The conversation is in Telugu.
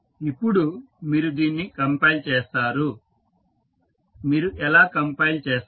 ఇప్పుడు మీరు దీన్ని కంపైల్ చేస్తారు మీరు ఎలా కంపైల్ చేస్తారు